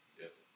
Yes